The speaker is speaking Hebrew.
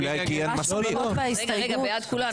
רגע, בעד כולנו.